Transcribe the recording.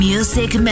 Music